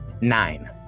nine